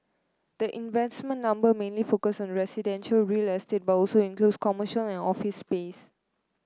the investment number mainly focuses on residential real estate but also includes commercial and office space